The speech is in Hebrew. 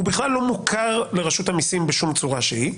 הוא בכלל לא מוכר לרשות המסים בשום צורה שהיא,